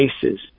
cases